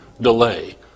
delay